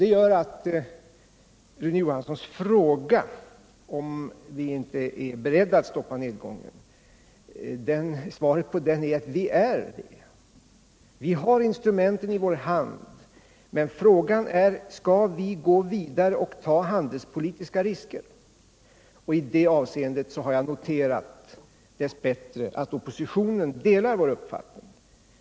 Det gör att svaret på Rune Johanssons fråga, om vi inte är beredda att stoppa nedgången i tekobranschen, blir att det är vi — vi har instrumenten i vår hand. Men frågan är: Skall vi gå vidare och ta handelspolitiska risker? I det avseendet har jag noterat att oppositionen dess bättre delar vår uppfattning.